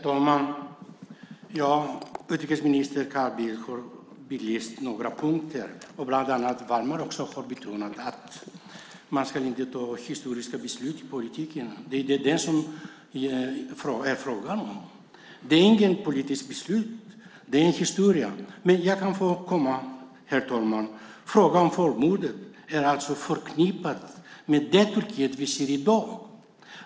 Herr talman! Utrikesminister Carl Bildt och även Wallmark har betonat att man inte ska fatta historiska beslut i politiken. Det är inte det som det är fråga om. Det är inget politiskt beslut. Det är historia. Men jag kan påpeka, herr talman, att frågan om folkmordet är förknippad med det Turkiet vi ser i dag.